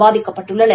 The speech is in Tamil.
பாதிக்கப்பட்டுள்ளனர்